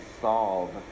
solve